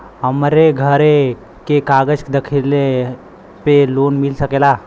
हमरे घरे के कागज दहिले पे लोन मिल सकेला?